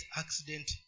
accident